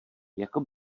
jako